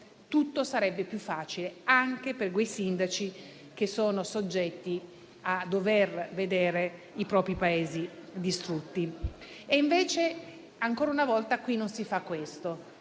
tutto sarebbe più facile, anche per quei sindaci che sono costretti a vedere i propri paesi distrutti. Invece, ancora una volta, non si fa questo;